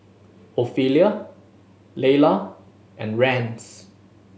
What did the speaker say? Ophelia Leila and Rance